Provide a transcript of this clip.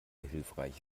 hilfreich